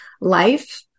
life